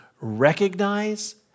recognize